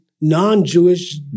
non-Jewish